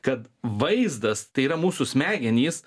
kad vaizdas tai yra mūsų smegenys